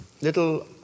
Little